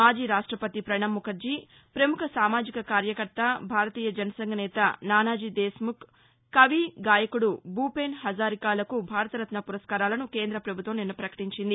మాజీ రాష్టపతి పణబ్ ముఖర్జీ పముఖ సామాజిక కార్యకర్త భారతీయ జనసంఘ్ నేత నానాజీ దేశ్ముఖ్ కవి గాయకుడు భూపేన్ హజారికాలకు భారతరత్న పురస్కారాలను కేంద్ర పభుత్వం నిన్న పకటించింది